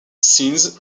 scene